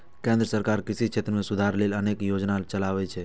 केंद्र सरकार कृषि क्षेत्र मे सुधार लेल अनेक योजना चलाबै छै